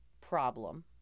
Problem